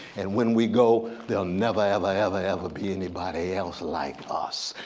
and when we go they'll never ever, ever, ever be anybody else like us.